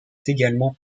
également